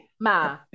ma